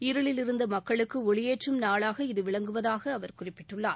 இருளிலிருந்த மக்களுக்கு ஒளியேற்றும் நாளாக இது விளங்குவதாக அவர் குறிப்பிட்டுள்ளார்